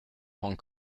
hong